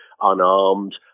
unarmed